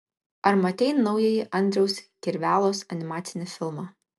ar matei naująjį andriaus kirvelos animacinį filmą